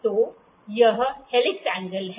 तो यह helix angle है